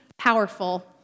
powerful